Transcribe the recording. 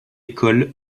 école